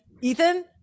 Ethan